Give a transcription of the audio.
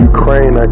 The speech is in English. Ukraine